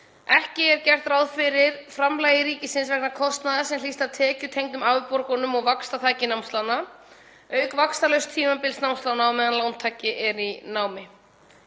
Ekki er gert ráð fyrir framlagi ríkisins vegna kostnaðar sem hlýst af tekjutengdum afborgunum og vaxtaþaki námslána auk vaxtalauss tímabils námslána á meðan lántaki er í námi.